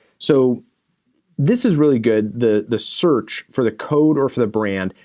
so this is really good, the the search for the code or for the brand,